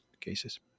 cases